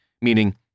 meaning